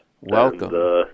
Welcome